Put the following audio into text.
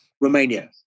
romania